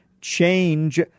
change